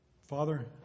Father